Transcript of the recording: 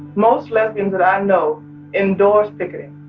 most lesbians that i know endorse picketing,